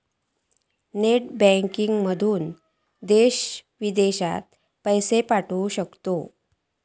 net बँकिंगमधना देश विदेशात पैशे पाठवू शकतास